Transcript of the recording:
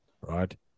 right